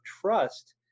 trust